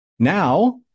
Now